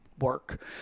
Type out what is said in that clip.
work